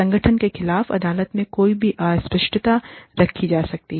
संगठन के खिलाफ अदालत में कोई भी अस्पष्टता रखी जा सकती है